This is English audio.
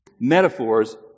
metaphors